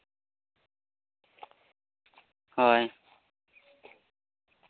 ᱦᱳᱭ